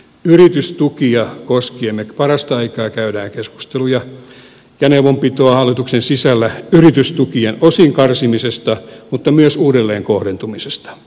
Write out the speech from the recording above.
yritystukia koskien me parastaikaa käymme keskusteluja ja neuvonpitoa hallituksen sisällä osin yritystukien karsimisesta mutta myös uudelleenkohdentumisesta